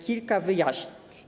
Kilka wyjaśnień.